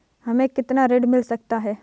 हमें कितना ऋण मिल सकता है?